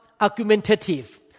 argumentative